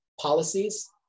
policies